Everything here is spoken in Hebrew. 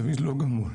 דוד לא גמול.